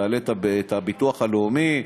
תעלה את הביטוח הלאומי,